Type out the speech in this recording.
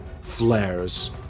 flares